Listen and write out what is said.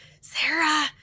Sarah